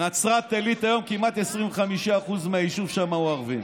שבנצרת עילית היום כמעט 25% מהיישוב שם הוא ערבי.